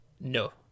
No